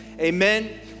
amen